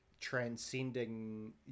transcending